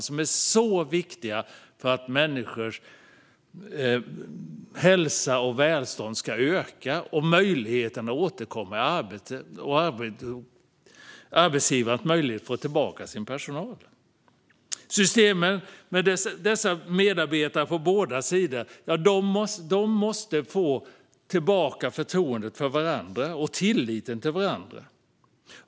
De är mycket viktiga för att människors hälsa och välstånd ska öka och för att människor ska kunna återgå i arbete och arbetsgivare ska kunna återfå sin personal. Systemen och deras medarbetare - på båda sidor - måste få tillbaka förtroendet för och tilliten till varandra.